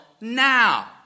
now